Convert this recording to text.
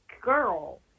girl